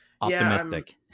Optimistic